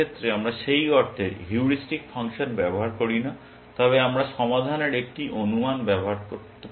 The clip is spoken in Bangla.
এই ক্ষেত্রে আমরা সেই অর্থে হিউরিস্টিক ফাংশন ব্যবহার করি না তবে আমরা সমাধানের একটি অনুমান ব্যবহার করি